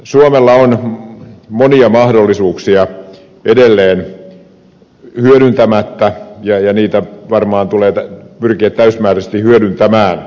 suomella on monia mahdollisuuksia edelleen hyödyntämättä ja niitä varmaan tulee pyrkiä täysimääräisesti hyödyntämään